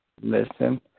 Listen